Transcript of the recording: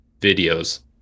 videos